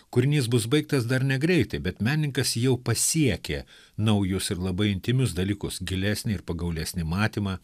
kūrinys bus baigtas dar negreitai bet menininkas jau pasiekė naujus ir labai intymius dalykus gilesnį ir pagaulesnį matymą